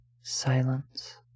silence